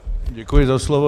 Děkuji za slovo.